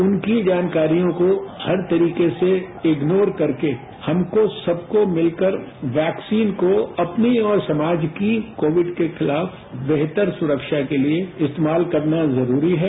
उनकी जानकारियों को हर तरीके से इग्नोर करके हमको सबको मिलकर वैक्सीन को अपनी और समाज की कोविड के खिलाफ बेहतर सुरक्षा के लिए इस्तेमाल करना जरूरी है